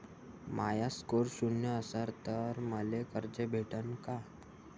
माया score शून्य असन तर मले कर्ज भेटन का?